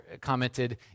commented